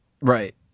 Right